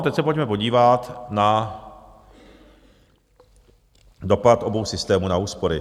Teď se pojďme podívat na dopad obou systémů na úspory.